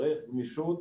צריך גמישות,